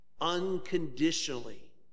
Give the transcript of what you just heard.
unconditionally